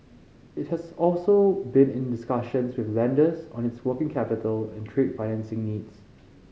it has also been in discussions with lenders on its working capital and trade financing needs